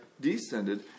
descended